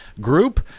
Group